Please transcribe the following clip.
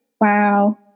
Wow